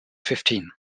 fifteen